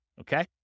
Okay